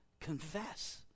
confess